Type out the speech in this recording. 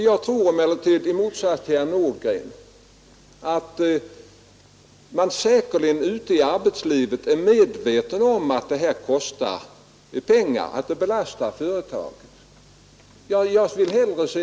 Jag tror emellertid i motsats till herr Nordgren att man ute i arbetslivet är medveten om att det här kostar pengar, att det belastar företagen.